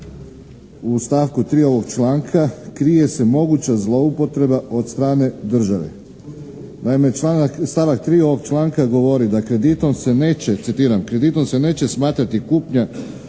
u stavku 3. ovog članka krije se moguća zloupotreba od strane države. Naime, stavak 3. ovog članka govori da kreditom se neće citiram: